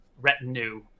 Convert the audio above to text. retinue